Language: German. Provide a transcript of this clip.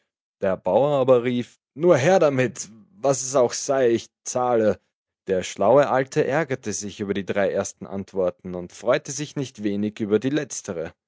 der bauer aber rief nur her damit was es auch sei ich zahle der schlaue alte ärgerte sich über die drei ersten antworten und freute sich nicht wenig über die letztere